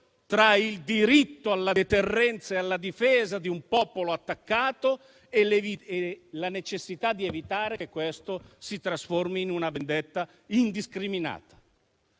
tra il diritto alla deterrenza e alla difesa di un popolo attaccato e la necessità di evitare che questo si trasformi in una vendetta indiscriminata.